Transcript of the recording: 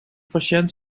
patiënt